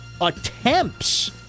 attempts